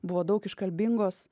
buvo daug iškalbingos